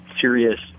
serious